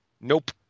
Nope